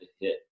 hit